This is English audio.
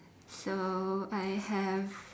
so I have